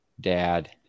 dad